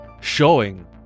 showing